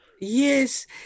Yes